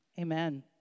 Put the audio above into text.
amen